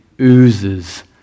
oozes